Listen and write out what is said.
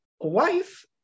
wife